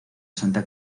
santa